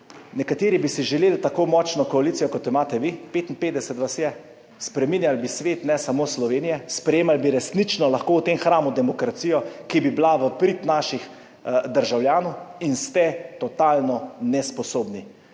Nekateri bi si želeli tako močno koalicijo, kot jo imate vi, 55 vas je, spreminjali bi svet, ne samo Slovenije, resnično bi lahko sprejemali v tem hramu demokracijo, ki bi bila v prid naših državljanov, ampak ste totalno nesposobni.